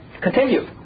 continue